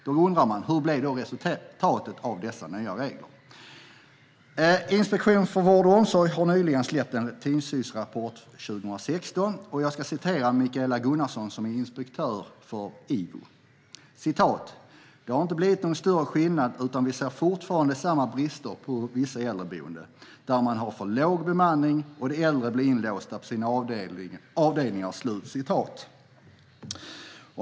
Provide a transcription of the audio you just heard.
Då undrar man: Hur blev då resultatet av dessa nya regler? Inspektionen för vård och omsorg har nyligen släppt en tillsynsrapport för 2016. Jag ska citera Michaela Hecht Gunnarsson, som är inspektör på IVO: "Det har inte blivit någon större skillnad utan vi ser ju fortfarande samma brister på vissa äldreboenden där man har för låg bemanning och de äldre blir inlåsta på sina avdelningar."